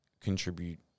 contribute